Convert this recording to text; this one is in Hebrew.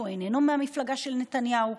שהוא איננו מהמפלגה של נתניהו,